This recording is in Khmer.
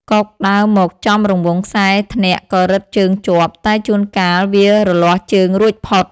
កុកដើរមកចំរង្វង់ខ្សែធ្នាក់ក៏រឹតជើងជាប់ តែជួនកាលវារលាស់ជើងរួចផុត ។